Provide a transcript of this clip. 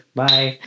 bye